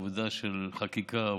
עבודה של חקיקה,